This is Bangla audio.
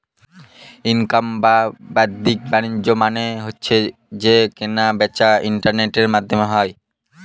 ই কমার্স বা বাদ্দিক বাণিজ্য মানে হচ্ছে যে কেনা বেচা ইন্টারনেটের মাধ্যমে হয়